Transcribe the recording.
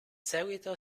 seguito